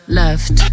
left